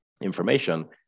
information